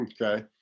Okay